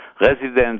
residents